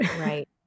Right